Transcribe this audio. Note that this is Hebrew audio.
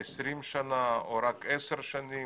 20 שנה, או רק עשר שנים,